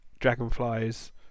Dragonflies